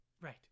right